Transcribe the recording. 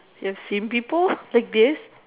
they have seen people like this